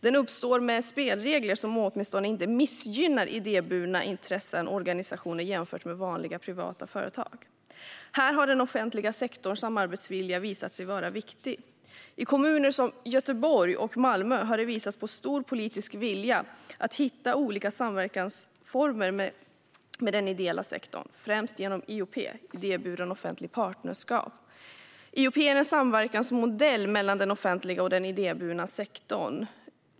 Den uppstår med spelregler som åtminstone inte missgynnar idéburna intresseorganisationer jämfört med vanliga privata företag. Här har den offentliga sektorns samarbetsvilja visat sig vara viktig. I kommuner som Göteborg och Malmö har det visats på stor politisk vilja att hitta olika samverkansformer med den ideella sektorn, främst genom IOP, idéburet offentligt partnerskap. IOP är en samverkansmodell mellan det offentliga och den idéburna sektorn.